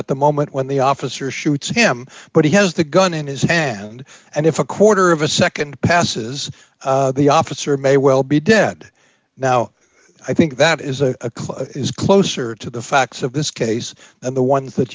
at the moment when the officer shoots him but he has the gun in his hand and if a quarter of a nd passes the officer may well be dead now i think the that is a clue is closer to the facts of this case and the ones that